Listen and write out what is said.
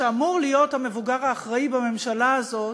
שאמור להיות המבוגר האחראי בממשלה הזו,